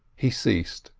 he ceased,